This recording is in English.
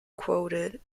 quoted